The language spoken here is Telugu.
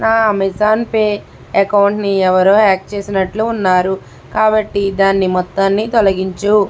నా అమెజాన్ పే అకౌంటుని ఎవరో హ్యాక్ చేసినట్లు ఉన్నారు కాబట్టి దాన్ని మొత్తానికి తొలగించు